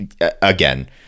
again